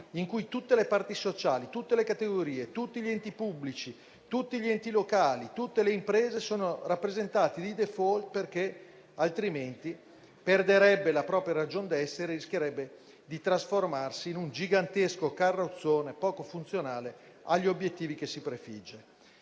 in cui tutte le parti sociali, tutte le categorie, tutti gli enti pubblici, tutti gli enti locali e tutte le imprese sono rappresentati di *default* perché altrimenti perderebbe la propria ragion d'essere e rischierebbe di trasformarsi in un gigantesco carrozzone poco funzionale agli obiettivi che si prefigge.